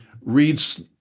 reads